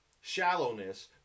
shallowness